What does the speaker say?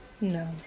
No